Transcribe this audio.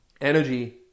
Energy